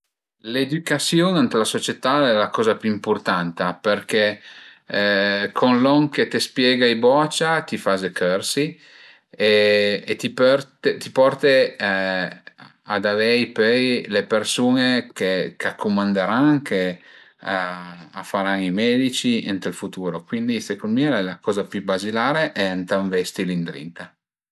L'edücasiun ën la sucietà al e la coza pi ëmpurtanta perché con lon che ti spieghe ai bocia ti faze chërsi e ti porte ad avei pöi le persun-e ch'a cumanderan che a faran i medici ënt ël futuro, cuindi secund mi al e la coza pi bazilare e ëntà ënvesti li ëndrinta